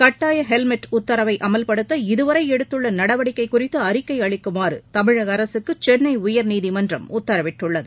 கட்டாய ஹெல்மெட் உத்தரவை அமல்படுத்த இதுவரை எடுத்துள்ள நடவடிக்கை குறித்து அறிக்கை அளிக்குமாறு தமிழக அரசுக்கு சென்னை உயர்நீதிமன்றம் உத்தரவிட்டுள்ளது